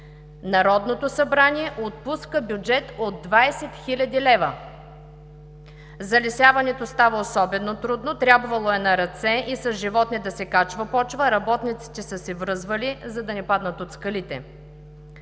Народното събрание отпуска бюджет от 20 хил. лв. Залесяването става особено трудно – трябвало е на ръце и с животни да се качва почва, работниците са се връзвали, за да не паднат от скалите.